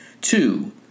Two